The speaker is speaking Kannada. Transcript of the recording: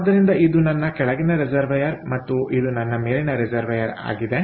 ಆದ್ದರಿಂದ ಇದು ನನ್ನ ಕೆಳಗಿನ ರಿಸರ್ವೈಯರ್ ಮತ್ತು ಇದು ನನ್ನ ಮೇಲಿನ ರಿಸರ್ವೈಯರ್ ಆಗಿದೆ